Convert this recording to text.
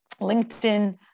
LinkedIn